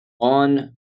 on